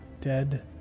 dead